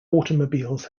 automobiles